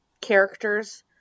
characters